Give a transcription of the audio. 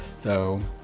so,